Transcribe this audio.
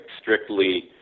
strictly